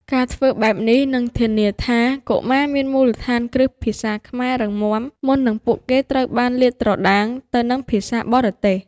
ការធ្វើបែបនេះនឹងធានាថា កុមារមានមូលដ្ឋានគ្រឹះភាសាខ្មែររឹងមាំ មុននឹងពួកគេត្រូវបានលាតត្រដាងទៅនឹងភាសាបរទេស។